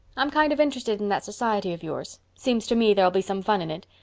i'm kind of interested in that society of yours. seems to me there'll be some fun in it.